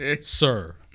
sir